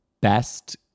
best